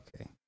Okay